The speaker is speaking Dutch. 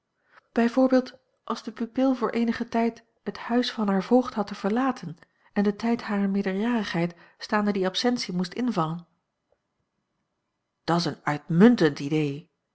voorbeeld als de pupil voor eenigen tijd het huis van haar voogd had te verlaten en de tijd harer meerderjarigheid staande die absentie moest invallen dat's een uitmuntend idee